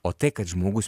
o tai kad žmogus